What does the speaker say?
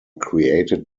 created